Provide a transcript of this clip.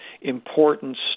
importance